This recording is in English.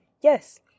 Yes